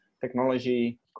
technology